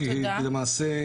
כי למעשה,